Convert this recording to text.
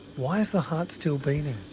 why is the heart still beating?